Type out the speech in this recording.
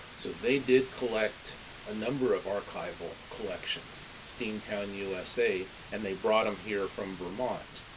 so they did collect a number of archival collections, steamtown usa, and they brought them here from vermont.